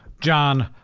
john,